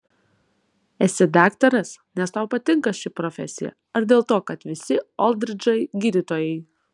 esi daktaras nes tau patinka ši profesija ar dėl to kad visi oldridžai gydytojai